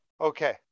Okay